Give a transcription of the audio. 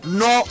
no